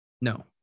No